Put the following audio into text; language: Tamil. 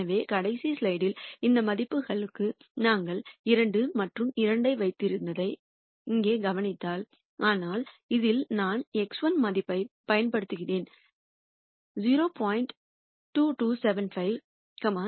எனவே கடைசி ஸ்லைடில் இந்த மதிப்புகளுக்கு நாங்கள் 2 மற்றும் 2 ஐ வைத்திருந்ததை இங்கே கவனித்தால் ஆனால் இதில் நான் x1 மதிப்பைப் பயன்படுத்துகிறேன் 0